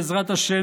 בעזרת השם,